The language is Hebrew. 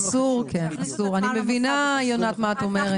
יונית, אני מבינה מה את אומרת.